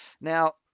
Now